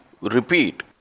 repeat